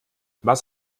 was